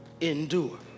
endure